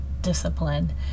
discipline